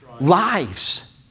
lives